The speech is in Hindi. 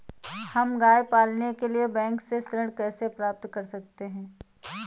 हम गाय पालने के लिए बैंक से ऋण कैसे प्राप्त कर सकते हैं?